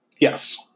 Yes